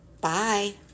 Bye